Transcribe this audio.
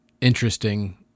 interesting